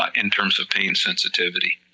um in terms of pain sensitivity.